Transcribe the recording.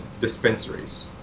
dispensaries